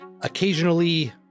occasionally